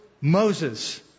Moses